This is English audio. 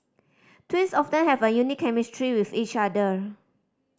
twins often have a unique chemistry with each other